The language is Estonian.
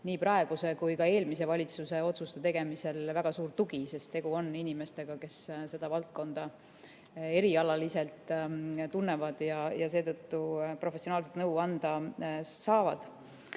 nii praeguse kui ka eelmise valitsuse otsuste tegemisel väga suur tugi. Tegu on inimestega, kes seda valdkonda erialaliselt tunnevad ja seetõttu professionaalset nõu anda saavad.